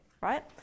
right